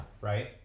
right